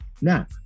Now